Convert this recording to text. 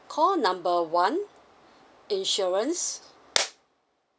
call number one insurance